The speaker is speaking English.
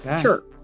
Sure